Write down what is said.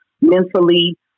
mentally